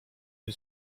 nie